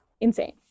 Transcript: insane